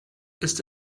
ist